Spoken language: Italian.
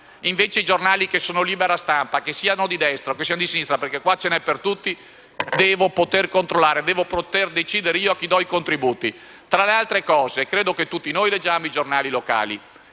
Invece i giornali che sono libera stampa che siano di destra o che siano di sinistra - perché qui ce n'è per tutti - devo poterli controllare e devo poter decidere io a chi do i contributi. Tra le altre cose, credo che tutti noi leggiamo i giornali locali.